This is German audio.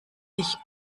sich